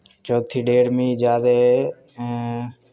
चौथी डेट मिकी याद ऐ